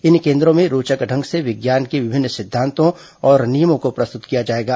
इन केन द्र ों में रोचक ढंग से विज्ञान के विभिन्न सिद्धांतों और नियमों को प्रस्तुत किया जाएगा